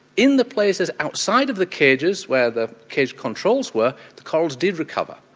in the places outside of the cages where the cage controls were the corals did recover.